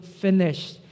finish